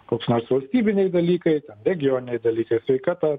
koks nors valstybiniai dalykai regioniniai dalykai sveikata